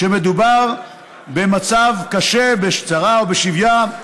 כשמדובר במצב קשה, בצרה ובשביה,